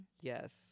Yes